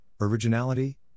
originality